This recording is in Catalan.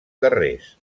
carrers